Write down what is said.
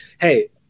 hey